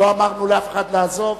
לא אמרנו לאף אחד לעזוב,